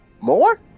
More